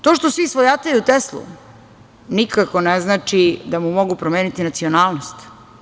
To što svi svojataju Teslu nikako ne znači da mu mogu promeniti nacionalnost.